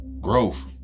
Growth